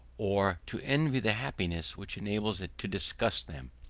or to envy the happiness which enables it to discuss them.